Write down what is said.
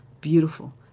beautiful